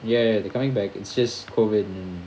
ya they're coming back it's just COVID and